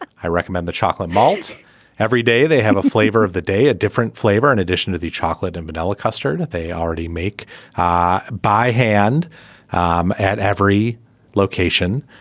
i recommend the chocolate malt every day they have a flavor of the day a different flavor in addition to the chocolate and vanilla custard. they already make ah by hand um at every location.